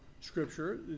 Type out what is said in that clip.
scripture